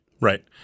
Right